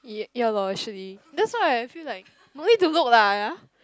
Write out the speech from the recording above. ya lor actually that's why I feel like no need to look lah ya